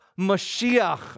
Mashiach